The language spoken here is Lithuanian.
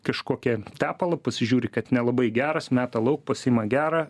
kažkokį tepalą pasižiūri kad nelabai geras meta lauk pasiima gerą